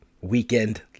Weekend